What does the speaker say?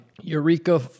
Eureka